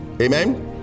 amen